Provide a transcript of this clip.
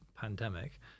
pandemic